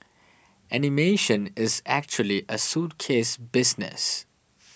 animation is actually a suitcase business